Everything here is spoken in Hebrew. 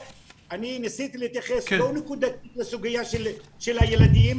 ניסיתי להתייחס לא נקודתית לסוגיה של הילדים,